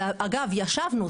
ואגב, ישבנו.